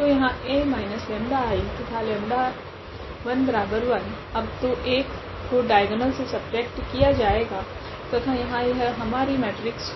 तो यहाँ A minus 𝜆I तथा 𝜆11 अब तो 1 को डाइगोनल से सबट्रेक्ट किया जाएगा तथा यहाँ यह हमारी मेट्रिक्स